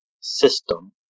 system